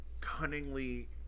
cunningly